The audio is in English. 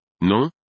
Non